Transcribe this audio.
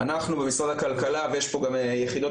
אנחנו במשרד הכלכלה ויש פה גם יחידות